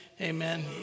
Amen